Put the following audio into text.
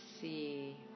see